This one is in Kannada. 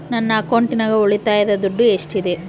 ನನ್ನ ಅಕೌಂಟಿನಾಗ ಉಳಿತಾಯದ ದುಡ್ಡು ಎಷ್ಟಿದೆ?